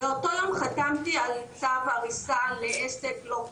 באותו יום חתמתי על צו הריסה לעסק לא חוקי.